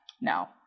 No